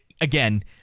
again